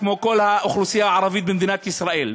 כמו כל האוכלוסייה הערבית במדינת ישראל,